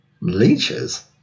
Leeches